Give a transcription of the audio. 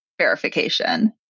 verification